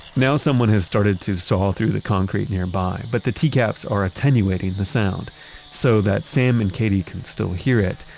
now someone has started to saw through the concrete nearby, but the tcaps are attenuating the sound so that sam and katie can still hear it,